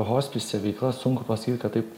hospise veikla sunku pasakyt kad taip